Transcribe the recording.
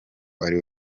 ariwe